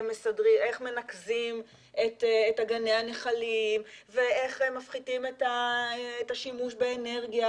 ואיך מנקזים את אגני הנחלים ואיך מפחיתים את השימוש באנרגיה,